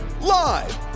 Live